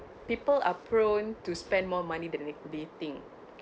people are prone to spend more money than they think